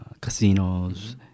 casinos